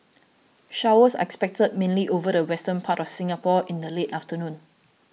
showers are expected mainly over the western part of Singapore in the late afternoon